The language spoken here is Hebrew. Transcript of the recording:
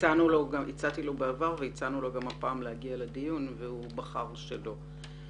הצעתי לו בעבר וגם עכשיו לבוא לדיון והוא בחר שלא.